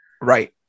Right